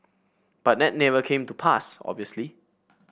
but net never came to pass obviously